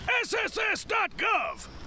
sss.gov